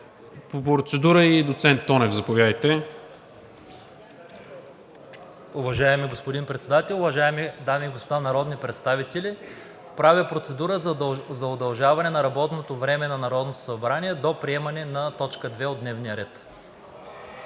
за процедура. ДОКЛАДЧИК АНТОН ТОНЕВ: Уважаеми господин Председател, уважаеми дами и господа народни представители, правя процедура за удължаване на работното време на Народното събрание до приемането на т. 2 от дневния ред.